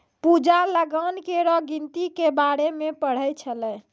पूजा लगान केरो गिनती के बारे मे पढ़ै छलै